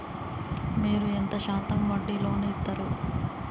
మీరు ఎంత శాతం వడ్డీ లోన్ ఇత్తరు?